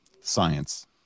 science